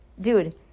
Dude